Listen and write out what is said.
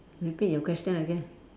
repeat your question again